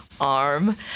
arm